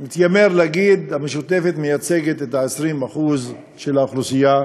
מתיימר להגיד שהמשותפת מייצגת 20% של האוכלוסייה,